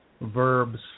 Verbs